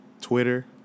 Twitter